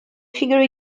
figure